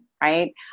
right